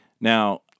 Now